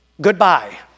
Goodbye